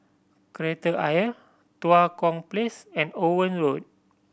Kreta Ayer Tua Kong Place and Owen Road